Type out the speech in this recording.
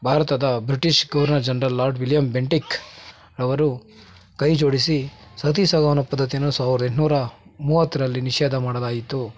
ಭಾರತದ British governor general lord William Bentinck ಅವರು ಕೈ ಜೋಡಿಸಿ ಸತಿಸಹಗಮನ ಪದ್ದತಿಯನ್ನು ಸಾವಿರ್ದ ಎಂಟುನೂರ ಮೂವತ್ತರಲ್ಲಿ ನಿಷೇಧ ಮಾಡಲಾಯಿತು